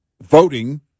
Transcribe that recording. voting